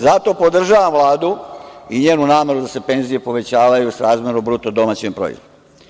Zato podržavam Vladu i njenu nameru da se penzije povećavaju srazmerno BDP.